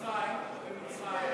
ומצרים?